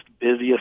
busiest